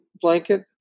Blanket